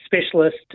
specialist